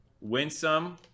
Winsome